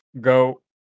go